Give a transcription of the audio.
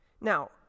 Now